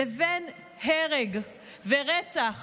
לבין הרג ורצח